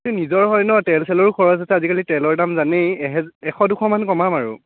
নিজৰ হয় ন তেল চেলৰো খৰচ আছে আজিকালি তেলৰ দাম জানেই এশ দুশমান কমাম আৰু